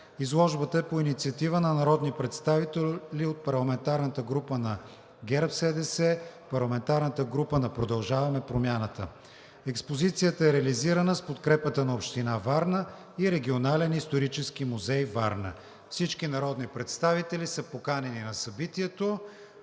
Изложбата е по инициатива на народни представители от парламентарната група на ГЕРБ-СДС, парламентарната група на „Продължаваме Промяната“. Експозицията е реализирана с подкрепата на Община Варна и Регионалния исторически музей – Варна. Всички народни представители са поканени на събитието.